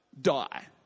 die